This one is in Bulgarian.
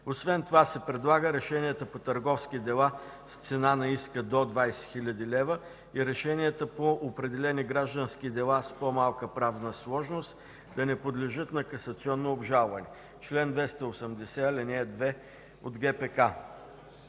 Освен това се предлага решенията по търговски дела с цена на иска до 20 хил. лв. и решенията по определени граждански дела с по-малка правна сложност да не подлежат на касационно обжалване (чл. 280, ал. 2 от ГПК).